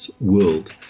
world